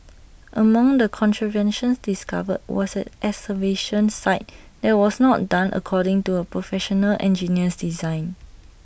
among the contraventions discovered was an excavation site that was not done according to A Professional Engineer's design